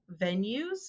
venues